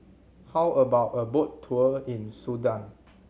how about a boat tour in Sudan